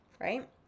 right